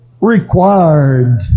required